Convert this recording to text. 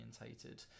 orientated